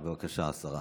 בבקשה, השרה.